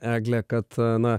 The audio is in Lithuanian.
egle kad na